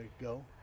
go